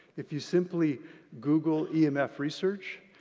if you simply google emf research,